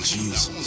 Jesus